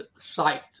site